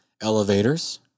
elevators